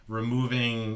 removing